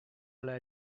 alla